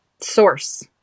source